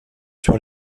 sur